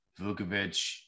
Vukovic